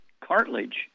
cartilage